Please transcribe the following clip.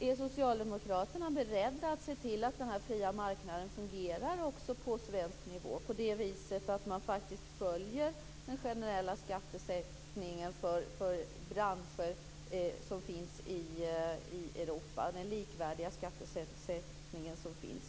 Är Socialdemokraterna beredda att se till att denna fria marknad fungerar också på svensk nivå på det viset att man faktiskt följer den generella skattesättningen för branscher som finns i Europa, den likvärdiga skattesättning som finns?